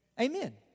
Amen